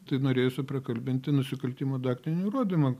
tai norėjosi prakalbinti nusikaltimo daiktinį įrodymą